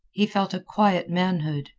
he felt a quiet manhood,